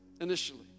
initially